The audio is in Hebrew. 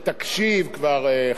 מכיוון שאתה בכל אופן